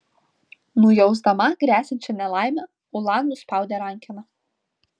nujausdama gresiančią nelaimę ula nuspaudė rankeną